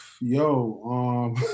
Yo